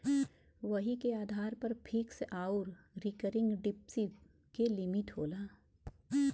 वही के आधार पर फिक्स आउर रीकरिंग डिप्सिट के लिमिट होला